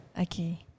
Okay